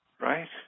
right